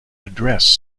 address